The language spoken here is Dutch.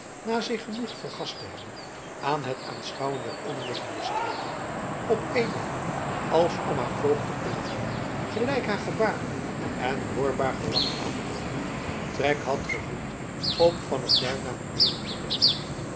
na zich genoeg vergast te hebben aan het aanschouwen der omliggende streken op eenmaal als om haar voogd te plagen gelijk haar gebaren en hoorbaar gelach aantoonden trek had gevoeld om van het duin naar beneden te loopen